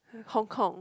Hong-Kong